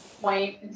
point